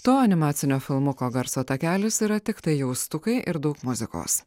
to animacinio filmuko garso takelis yra tiktai jaustukai ir daug muzikos